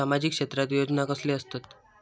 सामाजिक क्षेत्रात योजना कसले असतत?